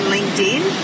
LinkedIn